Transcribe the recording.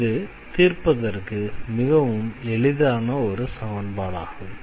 இது தீர்ப்பதற்கு மிகவும் எளிதான ஒரு சமன்பாடு ஆகும்